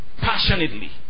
passionately